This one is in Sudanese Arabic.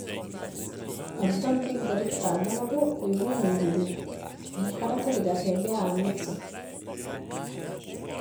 الضب بقدر يقطع ضنبو و يقوم من جديد و هي حركة بدافع بيها عن نفسو.